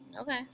Okay